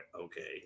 okay